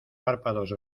párpados